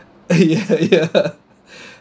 ya ya